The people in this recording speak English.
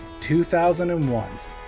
2001's